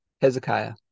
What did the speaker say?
Hezekiah